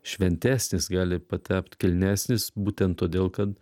šventesnis gali patapt kilnesnis būtent todėl kad